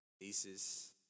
nieces